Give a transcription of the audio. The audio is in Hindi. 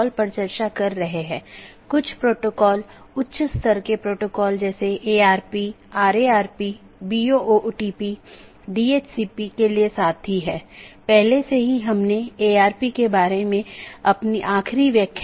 यदि आप पिछले लेक्चरों को याद करें तो हमने दो चीजों पर चर्चा की थी एक इंटीरियर राउटिंग प्रोटोकॉल जो ऑटॉनमस सिस्टमों के भीतर हैं और दूसरा बाहरी राउटिंग प्रोटोकॉल जो दो या उससे अधिक ऑटॉनमस सिस्टमो के बीच है